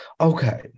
okay